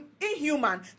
inhuman